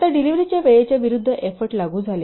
आता डिलिव्हरीच्या वेळेच्या विरूद्ध एफ्फोर्ट लागू झाले